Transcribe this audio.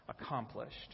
accomplished